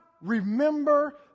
remember